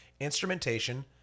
Instrumentation